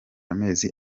amezi